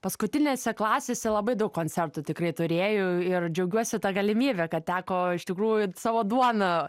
paskutinėse klasėse labai daug koncertų tikrai turėjau ir džiaugiuosi ta galimybe kad teko iš tikrųjų savo duona